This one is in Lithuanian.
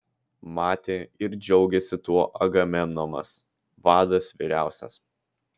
matė ir džiaugėsi tuo agamemnonas vadas vyriausias